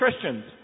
Christians